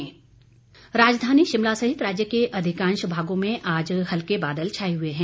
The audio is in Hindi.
मौसम राजधानी शिमला सहित राज्य के अधिकांश भागों में आज हल्के बादल छाए हुए हैं